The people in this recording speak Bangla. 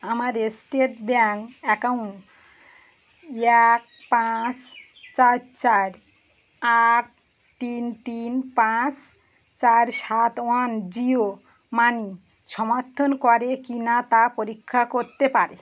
আমার স্টেট ব্যাঙ্ক অ্যাকাউন্ট এক পাঁচ চার চার আট তিন তিন পাঁচ চার সাত ওয়ান জিও মানি সমর্থন করে কিনা তা পরীক্ষা করতে পারে